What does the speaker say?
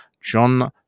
john